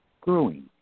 growing